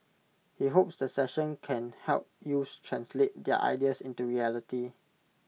he hopes the session can help youths translate their ideas into reality